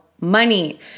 money